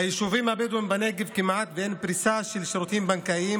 ביישובים הבדואיים בנגב כמעט אין פריסה של שירותים בנקאיים,